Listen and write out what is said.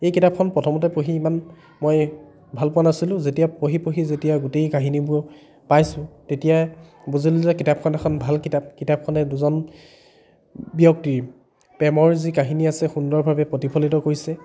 এই কিতাপখন প্ৰথমতে পঢ়ি মই ইমান মই ভাল পোৱা নাছিলোঁ যেতিয়া পঢ়ি পঢ়ি যেতিয়া গোটেই কাহিনীবোৰ পাইছোঁ তেতিয়াই বুজিলোঁ যে কিতাপখন এখন ভাল কিতাপ কিতাপখনে দুজন ব্যক্তিৰ প্ৰেমৰ যি কাহিনী আছে সুন্দৰভাৱে প্ৰতিফলিত কৰিছে